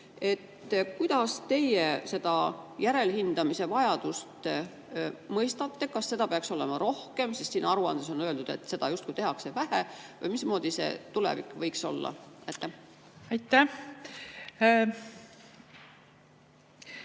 Kuidas teie seda järelhindamise vajadust mõistate? Kas seda peaks olema rohkem? Siin aruandes on öeldud, et seda tehakse justkui vähe. Või mismoodi see tulevik võiks olla? Aitäh,